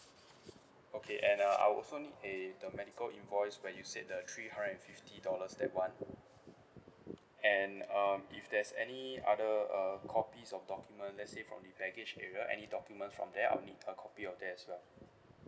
okay and uh I'll also need a the medical invoice where you said the three hundred and fifty dollars that one and um if there's any other uh copies of documents let's say from the baggage area any documents from there I'll need a copy of that as well